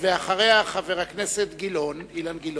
אחריה, חבר הכנסת אילן גילאון.